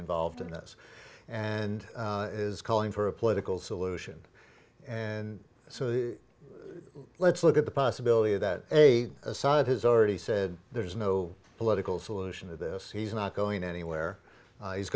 involved in this and is calling for a political solution and so let's look at the possibility that a assad has already said there's no political solution to this he's not going anywhere he's